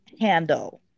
handle